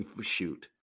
Shoot